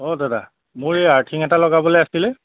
অঁ দাদা মোৰ এই আৰ্থিঙ এটা লগাবলৈ আছিলে